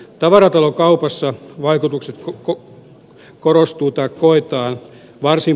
tavaratalokaupassa vaikutukset koetaan varsin positiivisiksi